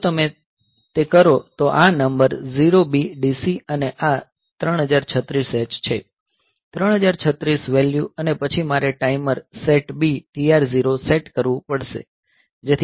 જો તમે તે કરો તો આ નંબર 0BDC અને આ 3036 H છે 3036 વેલ્યુ અને પછી મારે ટાઇમર SETB TR0 સેટ કરવું પડશે